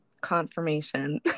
confirmation